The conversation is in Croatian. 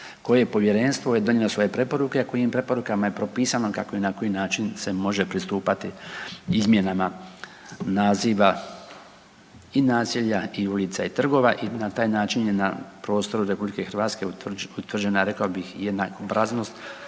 je povjerenstvo je donijelo svoje preporuke, a kojim preporukama je propisano kako i na koji način se može pristupati izmjenama naziva i naselja i ulica i trgova i na taj način je na prostoru RH utvrđena rekao bih jedna obraznost